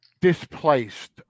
displaced